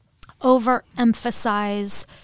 overemphasize